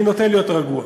אני נוטה להיות רגוע,